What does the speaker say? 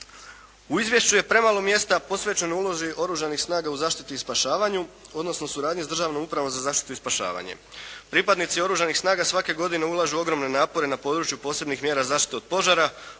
U izvješću je premalo mjesta posvećeno ulozi Oružanih snaga u zaštiti i spašavanju, odnosno u suradnji s Državnom upravom za zaštitu i spašavanje. Pripadnici Oružanih snaga svake godine ulažu ogromne napore na području posebnih mjera zaštite od požara,